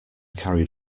carried